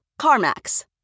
CarMax